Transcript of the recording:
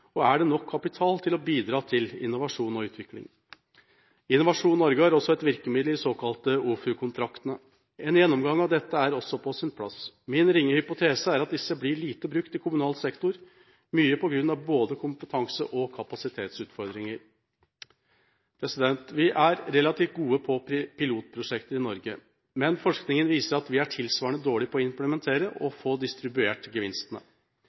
Og er det nok kapital til å bidra til innovasjon og utvikling? Innovasjon Norge har også et virkemiddel i de såkalte OFU-kontraktene. En gjennomgang av dette er også på sin plass. Min ringe hypotese er at disse blir lite brukt i kommunal sektor, mye på grunn av både kompetanseutfordringer og kapasitetsutfordringer. Vi er relativt gode på pilotprosjekter i Norge, men forskningen viser at vi er tilsvarende dårlig til å implementere og få distribuert gevinstene.